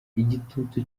igitutu